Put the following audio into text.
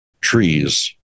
trees